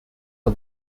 for